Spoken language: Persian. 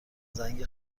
زنگ